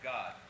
God